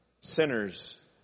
Sinners